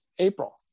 April